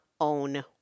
own